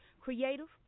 Creative